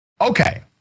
Okay